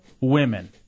women